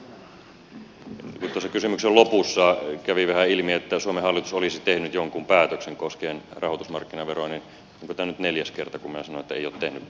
kun tuossa kysymyksen lopussa kävi vähän ilmi ikään kuin suomen hallitus olisi tehnyt jonkun päätöksen koskien rahoitusmarkkinaveroa niin onko tämä nyt neljäs kerta kun minä sanon että ei ole tehnyt päätöstä